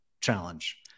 challenge